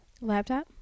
Laptop